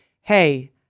hey